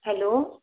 hello